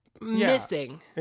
missing